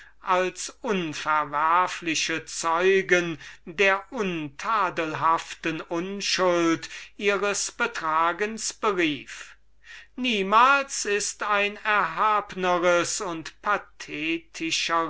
als unverwerfliche zeugen der untadelhaften unschuld ihres betragens berief niemals ist ein erhabneres und